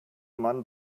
mann